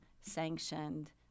sanctioned